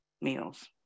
meals